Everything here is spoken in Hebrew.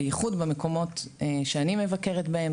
בייחוד במקומות שאני מבקרת בהם,